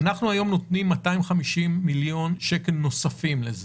אנחנו היום נותנים 250 מיליון שקל נוספים לזה.